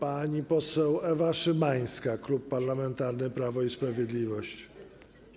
Pani poseł Ewa Szymańska, Klub Parlamentarny Prawo i Sprawiedliwość.